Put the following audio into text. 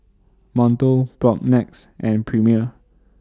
Monto Propnex and Premier